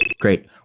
Great